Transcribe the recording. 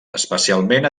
especialment